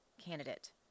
candidate